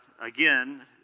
again